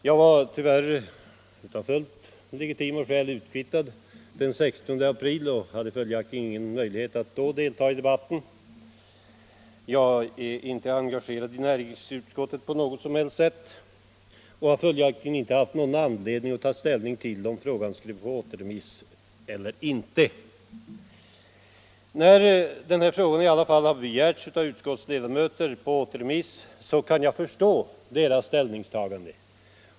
Jag var tyvärr av fullt legitima skäl utkvittad den 16 april och hade följaktligen ingen möjlighet att då delta i debatten. Jag är inte engagerad i näringsutskottet på något sätt och har därför inte haft någon anledning att ta ställning till om frågan skulle återremitteras eller inte. En del av utskottets ledamöter hade ändå begärt att ärendet skulle återremitteras, och jag kan förstå deras ställningstagande.